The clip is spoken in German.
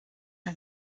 ein